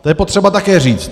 To je potřeba také říct.